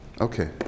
Okay